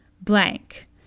blank